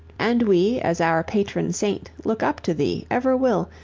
and we, as our patron saint, look up to thee, ever will,